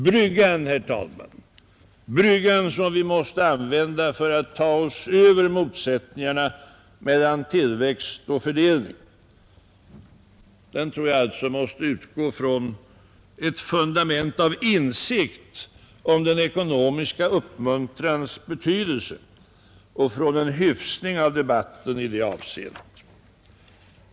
Bryggan, som vi måste använda för att ta oss över motsättningarna mellan tillväxt och fördelning, tror jag alltså måste utgå från ett fundament av insikt om den ekonomiska uppmuntrans betydelse och från en hyfsning av debatten i det avseendet.